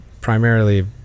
primarily